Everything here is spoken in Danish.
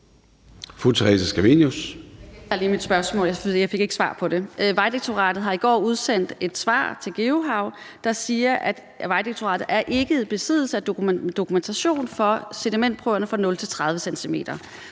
Vejdirektoratet har i går udsendt et svar til Geohav, der siger, at Vejdirektoratet ikke er i besiddelse af dokumentation for sedimentprøverne for 0-30 cm.